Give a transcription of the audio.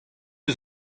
eus